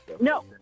No